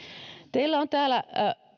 teillä on täällä